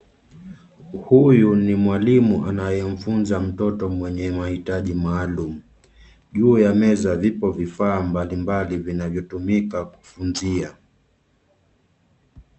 Huyu ni mwalimu anayemfunza mtoto mwenye mahitaji maalum. Juu ya meza vipo vifaa mbalimbali vinavyotumika kufunzia.